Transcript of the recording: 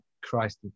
christ